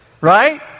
right